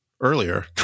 earlier